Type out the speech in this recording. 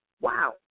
Wow